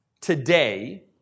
today